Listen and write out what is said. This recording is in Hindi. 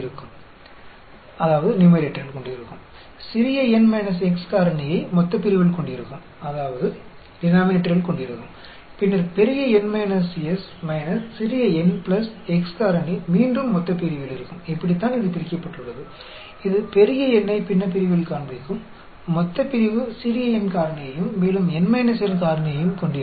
यह कैसे टूट गया है और यह न्यूमैरेटर में कैपिटल N दिखाएगा डिनॉमिनेटर में छोटे n फैक्टोरियल होगा और N n फैक्टोरियल डिनॉमिनेटर में भी होगा